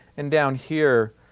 and down here,